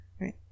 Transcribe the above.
Right